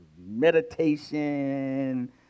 meditation